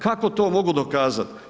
Kako to mogu dokazat?